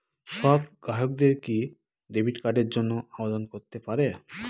সব গ্রাহকই কি ডেবিট কার্ডের জন্য আবেদন করতে পারে?